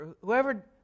whoever